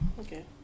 okay